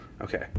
Okay